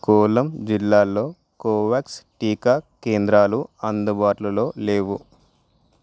కొల్లామ్ జిల్లాలో కోవోవాక్స్ టీకా కేంద్రాలు అందుబాట్లలో లేవు